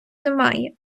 немає